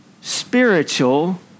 spiritual